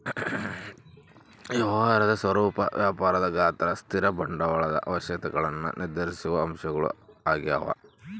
ವ್ಯವಹಾರದ ಸ್ವರೂಪ ವ್ಯಾಪಾರದ ಗಾತ್ರ ಸ್ಥಿರ ಬಂಡವಾಳದ ಅವಶ್ಯಕತೆಗುಳ್ನ ನಿರ್ಧರಿಸುವ ಅಂಶಗಳು ಆಗ್ಯವ